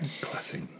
Classic